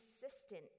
consistent